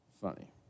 funny